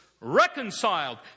reconciled